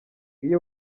iyi